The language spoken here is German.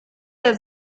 der